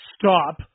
stop